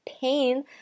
pain